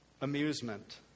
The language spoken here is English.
Amusement